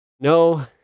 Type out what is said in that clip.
No